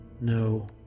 No